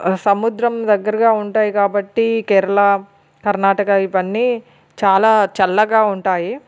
సముద్రం దగ్గరగా ఉంటాయి కాబట్టి కేరళ కర్ణాటక ఇవన్నీ చాలా చల్లగా ఉంటాయి